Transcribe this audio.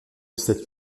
statue